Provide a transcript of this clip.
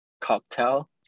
cocktail